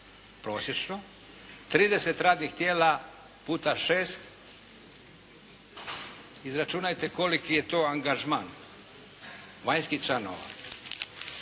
prosječno. 30 radnih tijela puta 6. Izračunajte koliki je to angažman vanjskih članova.